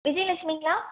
விஜயலக்ஷ்மிங்ளா